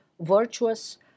virtuous